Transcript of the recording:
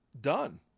Done